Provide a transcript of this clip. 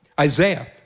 Isaiah